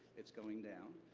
it's going down.